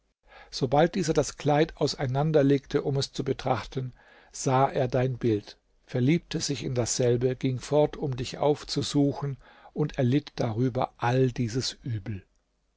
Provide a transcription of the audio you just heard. sobald dieser das kleid auseinanderlegte um es zu betrachten sah er dein bild verliebte sich in dasselbe ging fort um dich aufzusuchen und erlitt darüber all dieses übel